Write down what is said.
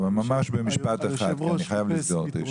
ממש במשפט אחד, כי אני חייב לסגור את הישיבה.